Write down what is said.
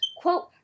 quote